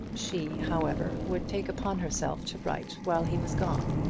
she, however, would take upon herself to write while he was gone.